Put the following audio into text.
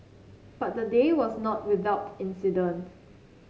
but the day was not without incident